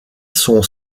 son